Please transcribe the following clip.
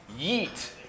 yeet